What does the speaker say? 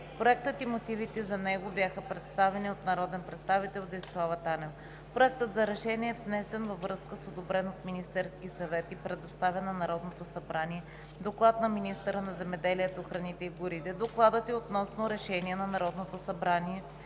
Проектът и мотивите за него бяха представени от народния представител Десислава Танева. Проектът за решение е внесен във връзка с одобрен от Министерския съвет и предоставен на Народното събрание Доклад на министъра на земеделието, храните и горите. Докладът е относно Решение на Народното събрание